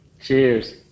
Cheers